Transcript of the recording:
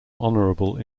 honourable